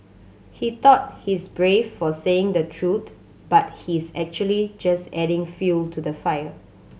he thought he's brave for saying the truth but he's actually just adding fuel to the fire